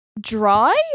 dry